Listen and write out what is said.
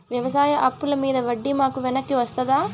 వ్యవసాయ అప్పుల మీద వడ్డీ మాకు వెనక్కి వస్తదా?